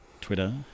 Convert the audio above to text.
Twitter